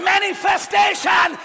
Manifestation